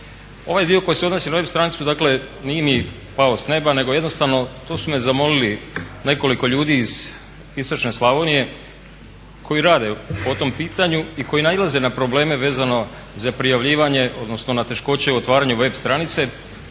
Ovaj dio koji se odnosi na web stranicu dakle nije ni pao s neba nego jednostavno tu su me zamolili nekoliko ljudi iz istočne Slavonije koji rade po tom pitanju i koji nailaze na probleme vezano za prijavljivanje odnosno na teškoće u otvaranju web stranice,